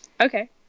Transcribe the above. Okay